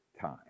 time